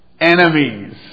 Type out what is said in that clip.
enemies